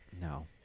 No